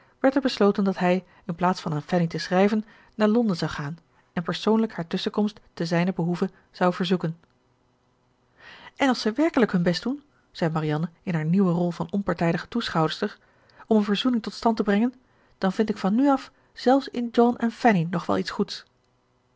werd er besloten dat hij inplaats van aan fanny te schrijven naar londen zou gaan en persoonlijk haar tusschenkomst te zijnen behoeve zou verzoeken en als ze werkelijk hun best doen zei marianne in haar nieuwe rol van onpartijdige toeschouwster om een verzoening tot stand te brengen dan vind ik van nu af zelfs in john en fanny nog wel iets goeds